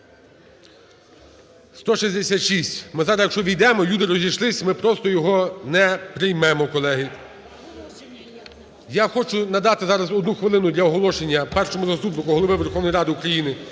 За-167 Ми зараз, якщо ввійдемо, люди розійшлись, ми просто його не приймемо, колеги. Я хочу надати зараз одну хвилину для оголошення Першому заступнику Голови Верховної Ради України